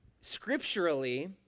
scripturally